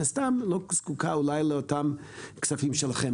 הסתם לא זקוקה אולי לאותם כספים שלכם.